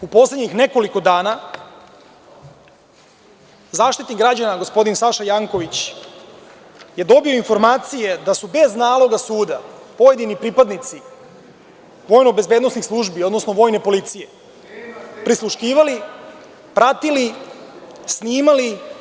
U poslednjih nekoliko dana Zaštitnik građana gospodin Saša Janković je dobio informacije da su bez naloga suda pojedini pripadnici vojno-bezbednosnih službi, odnosno vojne policije prisluškivali, pratili, snimali…